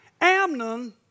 Amnon